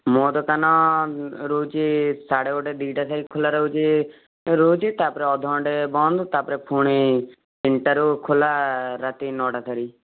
ମୋ ଦୋକାନ ରହୁଛି ସାଢ଼େ ଗୋଟେ ଦୁଇଟା ଯାଏଁ ଖୋଲା ରହୁଛି ରହୁଛି ତା'ପରେ ଅଧ ଘଣ୍ଟେ ବନ୍ଦ ତା'ପରେ ପୁଣି ତିନିଟାରୁ ଖୋଲା ରାତି ନଅଟା ଯାଏଁ